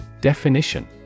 Definition